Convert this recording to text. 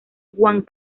juan